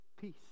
Peace